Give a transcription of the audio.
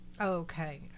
okay